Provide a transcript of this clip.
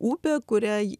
upė kuriai